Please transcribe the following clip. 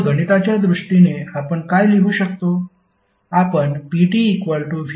तर गणिताच्या दृष्टीने आपण काय लिहू शकतो